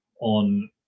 on